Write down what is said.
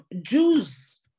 Jews